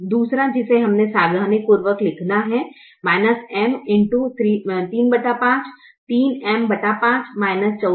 दूसरा जिसे हमें सावधानीपूर्वक लिखना है M x 35 3M5 - 145